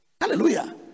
Hallelujah